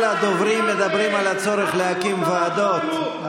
כל הדוברים מדברים על הצורך להקים ועדות,